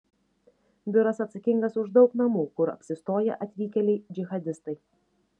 biuras atsakingas už daug namų kur apsistoję atvykėliai džihadistai